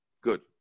Good